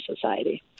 Society